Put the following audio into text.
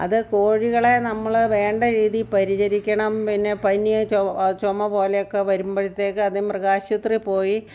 അത് കോഴികളെ നമ്മൾ വേണ്ട രീതിയിൽ പരിചരിക്കണം പിന്നെ പനിയോ ചൊ ചുമ പോലെയൊക്കെ വരുമ്പോഴത്തേക്ക് ആദ്യം മൃഗാശുപത്രിയിൽ പോയി